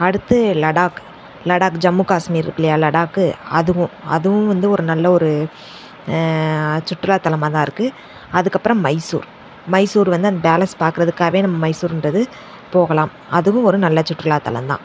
அடுத்து லடாக் லடாக் ஜம்மு காஷ்மீர் இருக்குது இல்லையா லடாக்கு அதுவும் அதுவும் வந்து ஒரு நல்ல ஒரு சுற்றுலாத்தலமாக தான் இருக்குது அதுக்கப்புறம் மைசூர் மைசூர் வந்து அந்த பேலஸ் பார்க்கறதுக்காகவே நம்ம மைசூருகிறது போகலாம் அதுவும் ஒரு நல்ல சுற்றுலாத்தலம்தான்